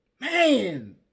man